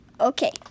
Okay